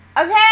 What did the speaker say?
Okay